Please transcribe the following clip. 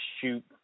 shoot